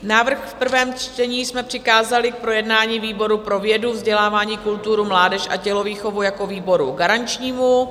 Návrh v prvém čtení jsme přikázali k projednání výboru pro vědu, vzdělávání, kulturu, mládež a tělovýchovu jako výboru garančnímu.